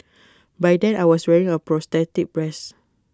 by then I was wearing A prosthetic breast